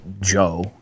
Joe